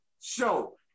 Show